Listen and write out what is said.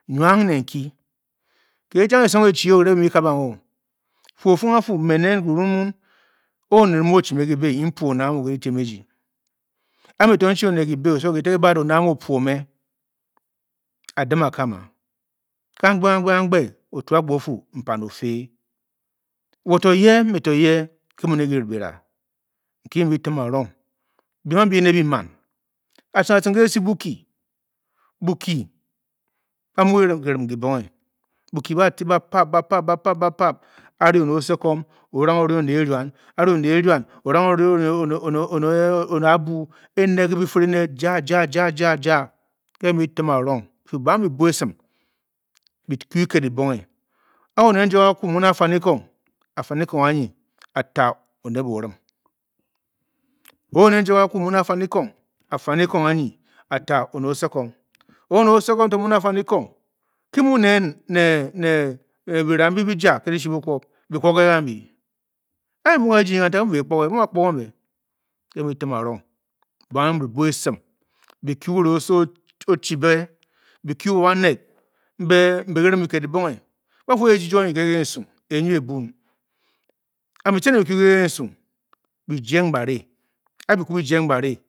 Nwang ne nkii. kei jang e-song e-chierengle be bi muu bika bang o a-fung a a-fuu me nen ki ruun muun, o-oned o-chi me kibě en-puo a oned a muu ke dyibiem ejii. a a me to n-chi oned kǐbě. Oso kita ki baad oned amuu, o-puo me, a-dim a-kam a. kamgbe kamgbe kamgbe kamgbe otu agbor o-fuu, mpan o-fewo to ye, mo to ye, ke muu ne gi ra, ki ke bi mu bi tun-arong biem ambi èné bǐ maan atciring-atciring ke esi Bokyi, Bokyi ba-muu ke rim gi bonghe bokyi ba-a tii ba-pab ba-pab ba-pad a-ri oned osowom oo-ranghe o-ri oned eruan, a-ri oned abu, ene. ge bifire ene ja ja ja, ke bi muu bi tim, arung fuu, bang bi-bua esím bi kyu kiket di bonghe ga one njua-kaku muu ne afanikong anyi a a ta oned osokom. Ke oned osokom to muu ne afanikong nen ne bira mbi bi ja ke dishi bukwob, bi kpoge gambii. ké gi muû ké ejí nyi kantag bemuu bei kpógé ba muu baa kpògěng bé. Ke bi muu tim arong, baang. Bi bua esim, kyu kireng nki oso o-chi be, ki rim kiked gi bonghe ba fuu, ke ejijio nyi ge kensung e nyua e-bu ne a bi tcen na ne bii kyu ke kensung bi-jeng ba ri, a a bi kwu biyeng ba ri